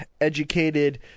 educated